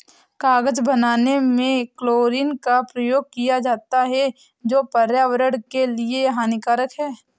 कागज बनाने में क्लोरीन का प्रयोग किया जाता है जो पर्यावरण के लिए हानिकारक है